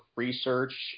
research